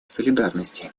солидарности